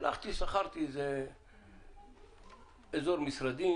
הלכתי ושכרתי אזור משרדים,